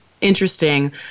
interesting